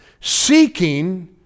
seeking